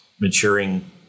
maturing